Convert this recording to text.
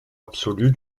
absolue